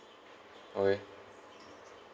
okay